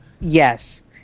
Yes